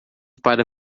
para